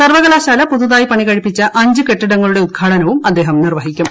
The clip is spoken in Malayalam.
സർവ്വകലാശാല പുതുതായി പണികഴിപ്പിച്ച അഞ്ച് കെട്ടിടങ്ങളുടെ ഉദ്ഘാടനവും അദ്ദേഹം നിർവ്വഹിക്കും